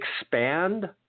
Expand